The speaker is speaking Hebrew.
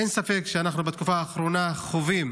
אין ספק שאנחנו בתקופה האחרונה חווים